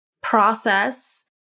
process